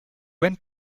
went